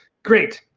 great.